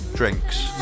drinks